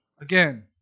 Again